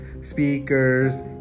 speakers